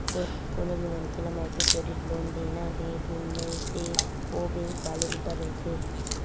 कोनो भी मनखे ल माइक्रो क्रेडिट लोन देना हे धुन नइ ते ओ बेंक वाले ऊपर रहिथे